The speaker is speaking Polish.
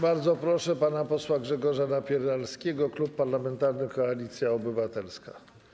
Bardzo proszę pana posła Grzegorza Napieralskiego, Klub Parlamentarny Koalicja Obywatelska.